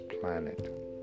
planet